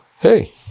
hey